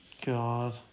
God